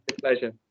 Pleasure